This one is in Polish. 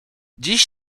dziś